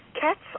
cats